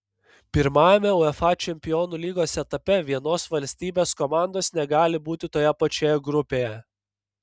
pirmajame uefa čempionų lygos etape vienos valstybės komandos negali būti toje pačioje grupėje